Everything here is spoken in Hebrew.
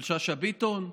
של שאשא ביטון,